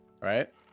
right